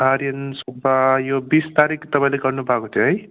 आर्यन सुब्बा यो बिस तारिक तपाईँले गर्नु भएको थियो है